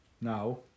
now